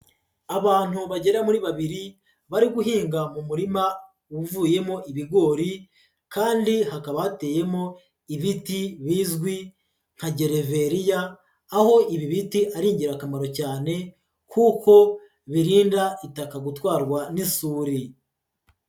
Abantu bagera muri babiri, bari guhinga mu murima uvuyemo ibigori kandi hakaba hateyemo ibiti bizwi nka gereveriya, aho ibi biti ari ingirakamaro cyane kuko birinda itaka gutwarwa n'isuri.